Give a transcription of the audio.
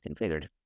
configured